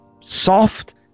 soft